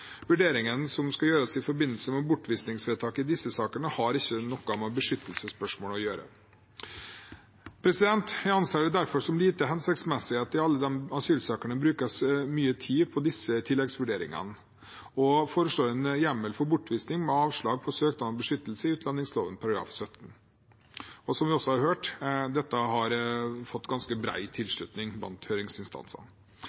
Vurderingen som skal gjøres i forbindelse med bortvisningsvedtaket i disse sakene, har ikke noe med beskyttelsesspørsmål å gjøre. Jeg anser det derfor som lite hensiktsmessig at det i alle disse asylsakene brukes mye tid på disse tilleggsvurderingene, og foreslår en hjemmel for bortvisning med avslag på søknad om beskyttelse i utlendingsloven § 17. Og som vi også har hørt, dette har fått ganske